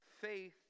faith